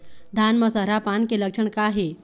धान म सरहा पान के लक्षण का हे?